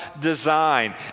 design